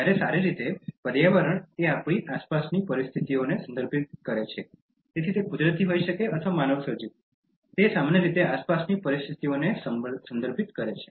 જ્યારે સારી રીતે પર્યાવરણ એ આપણી આસપાસની પરિસ્થિતિઓને સંદર્ભિત કરે છે તેથી તે કુદરતી હોઇ શકે અથવા માનવસર્જિત તે સામાન્ય રીતે આસપાસની પરિસ્થિતિઓને સંદર્ભિત કરે છે